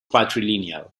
patrilineal